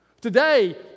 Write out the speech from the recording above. Today